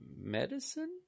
Medicine